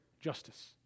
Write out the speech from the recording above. justice